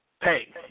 pay